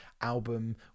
album